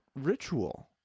ritual